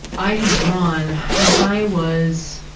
i had drawn, when i was,